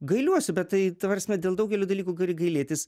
gailiuosi bet tai ta prasme dėl daugelio dalykų gali gailėtis